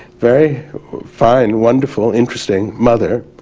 very fine, wonderful, interesting mother,